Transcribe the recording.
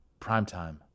primetime